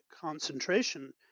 concentration